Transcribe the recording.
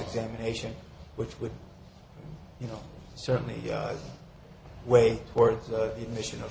examination which would you know certainly way towards a mission of